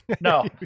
No